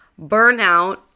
Burnout